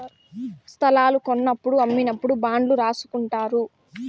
స్తలాలు కొన్నప్పుడు అమ్మినప్పుడు బాండ్లు రాసుకుంటారు